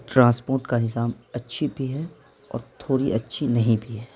transport کا نظام اچھی بھی ہے اور تھوڑی اچھی نہیں بھی ہے